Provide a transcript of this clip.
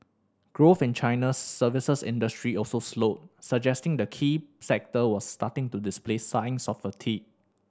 growth in China's services industry also slowed suggesting the key sector was starting to display signs of fatigue